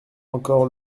encore